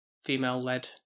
female-led